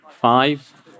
Five